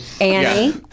Annie